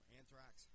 Anthrax